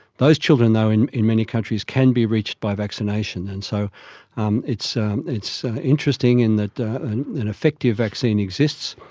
those children though in in many countries can be reached by vaccination and so um it's it's interesting in that that and an effective vaccine exists,